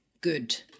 good